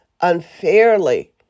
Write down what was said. unfairly